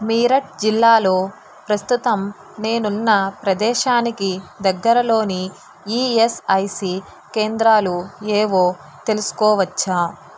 మీరట్ జిల్లాలో ప్రస్తుతం నేనున్న ప్రదేశానికి దగ్గరలోని ఈఎస్ఐసి కేంద్రాలు ఏవో తెలుసుకోవచ్చా